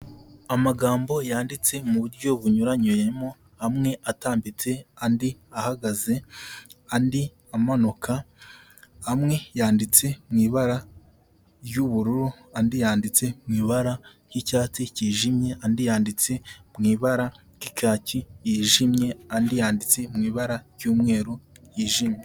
Amagambo yanditse mu buryo bunyuranyuyemo amwe atambitse, andi ahagaze, andi amanuka, amwe yanditse mu ibara y'ubururu, andi yanditse mu ibara ry'icyatsi cyijimye, andi yanditse mu ibara ry'ikacyi yijimye, andi yanditse mu ibara ry'umweru yijimye.